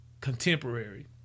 contemporary